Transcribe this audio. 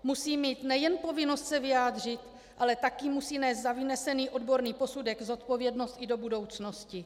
Musí mít nejen povinnost se vyjádřit, ale taky musí nést za vynesený odborný posudek zodpovědnost i do budoucnosti.